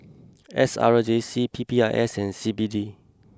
S R J C P P I S and C B D